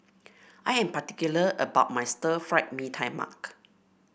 I am particular about my Stir Fry Mee Tai Mak